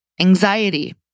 anxiety